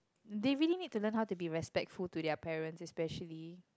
they really need to learn how to be respectful to their parents especially